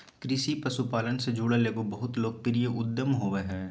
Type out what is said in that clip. कृषि पशुपालन से जुड़ल एगो बहुत लोकप्रिय उद्यम होबो हइ